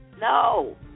No